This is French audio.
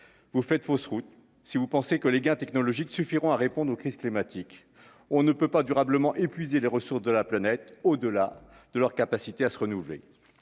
vous faites fausse route si vous pensez que les gars technologique suffiront à répondre aux crises climatiques, on ne peut pas durablement épuiser les ressources de la planète, au-delà de leur capacité à se renouveler